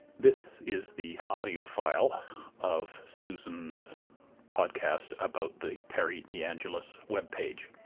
this is the audio file of susan's podcast about the perry deangelis web page.